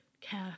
care